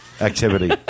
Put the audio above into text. activity